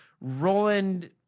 Roland